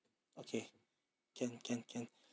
okay can can can